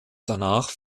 danach